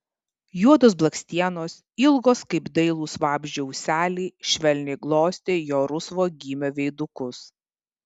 juodos blakstienos ilgos kaip dailūs vabzdžio ūseliai švelniai glostė jo rusvo gymio veidukus